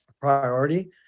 priority